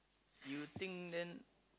you think then